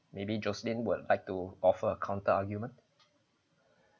maybe jocelyn would like to offer a counter argument